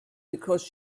because